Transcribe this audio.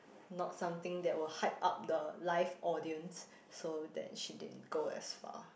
not something that would hype up the live audience so that she didn't go as far